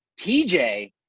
TJ